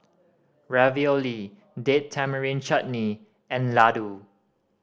Ravioli Date Tamarind Chutney and Ladoo